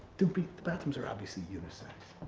doopey, the bathrooms are obviously unisex.